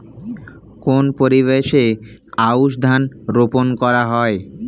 কোন পরিবেশে আউশ ধান রোপন করা হয়?